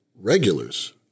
regulars